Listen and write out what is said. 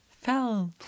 fell